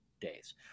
days